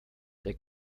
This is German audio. der